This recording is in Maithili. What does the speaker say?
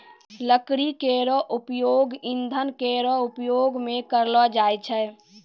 लकड़ी केरो उपयोग ईंधन केरो रूप मे करलो जाय छै